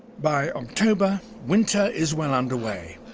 by october, winter is well under way,